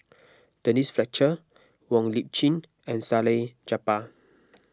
Denise Fletcher Wong Lip Chin and Salleh Japar